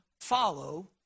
Follow